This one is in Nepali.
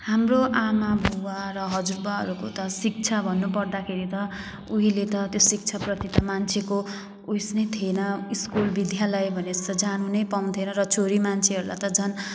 हाम्रो आमाबुवा र हजुरबाहरूको त शिक्षा भन्नुपर्दाखेरि त उहिले त त्यो शिक्षाप्रति त मान्छेको उयस नै थिएन स्कुल विद्यालय भने जस्तो जानु नै पाउँथेन छोरी मान्छेहरूलाई त झन्